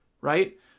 right